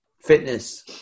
fitness